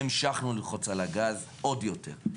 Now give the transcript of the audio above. והמשכנו ללחוץ על הגז עוד יותר.